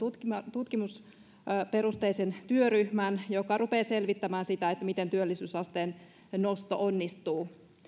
tutkimusperusteisen työryhmän joka rupeaa selvittämään sitä miten työllisyysasteen nosto onnistuu